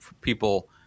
people